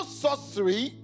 sorcery